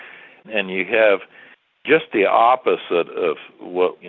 and you have just the opposite of what, you